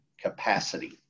capacity